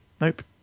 nope